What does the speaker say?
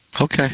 Okay